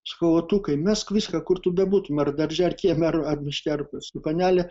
sakau otukai mesk viską kur tu bebūtum ar darže ar kieme ar miške ar pas panelę